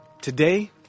Today